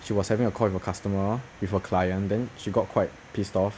she was having a call with a customer with a client then she got quite pissed off